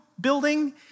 building